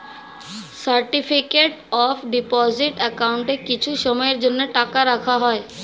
certificate of deposit অ্যাকাউন্টে কিছু সময়ের জন্য টাকা রাখা হয়